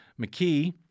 McKee